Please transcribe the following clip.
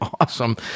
awesome